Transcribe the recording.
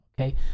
okay